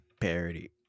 parody